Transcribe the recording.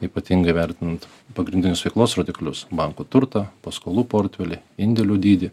ypatingai vertint pagrindinius veiklos rodiklius bankų turtą paskolų portfelį indėlių dydį